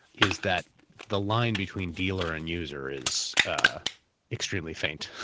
is that the line between dealer and user is ah extremely faint.